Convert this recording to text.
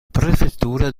prefettura